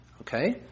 Okay